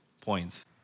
points